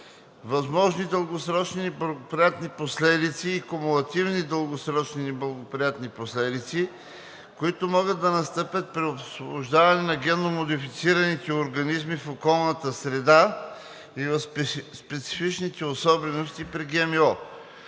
възможните дългосрочни неблагоприятни последици и кумулативни дългосрочни неблагоприятни последици, които могат да настъпят при освобождаване на генно модифицираните организми в околната среда; специфичните особености при ГМО,